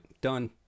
done